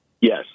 Yes